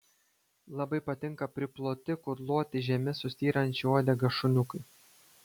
labai patinka priploti kudloti žemi su styrančia uodega šuniukai